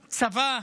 צבא,